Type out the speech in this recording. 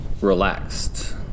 relaxed